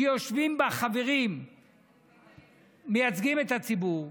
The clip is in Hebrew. שיושבים בה חברים שמייצגים את הציבור,